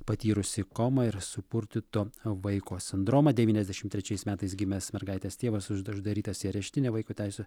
patyrusi komą ir supurtyto vaiko sindromą devyniasdešim trečiais metais gimęs mergaitės tėvas užd uždarytas į areštinę vaiko teisių